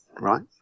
right